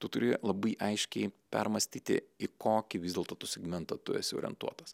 tu turi labai aiškiai permąstyti į kokį vis dėlto tu segmentą tu esi orientuotas